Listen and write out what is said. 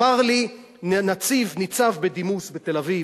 אמר לי ניצב בדימוס בתל-אביב,